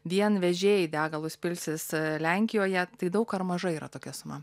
vien vežėjai degalus pilsis lenkijoje tai daug ar mažai yra tokia suma